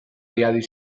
riadi